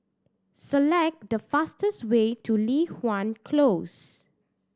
select the fastest way to Li Hwan Close